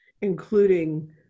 including